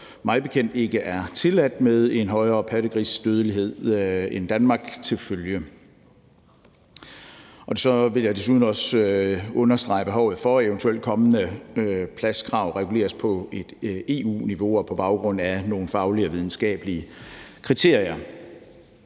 mig bekendt ikke er tilladt, med en højere pattegrisdødelighed end i Danmark til følge. Så vil jeg desuden understrege behovet for, at eventuelt kommende pladskrav reguleres på EU-niveau og på baggrund af nogle faglige og videnskabelige kriterier.